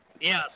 Yes